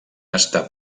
està